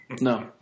No